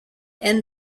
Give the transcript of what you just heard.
and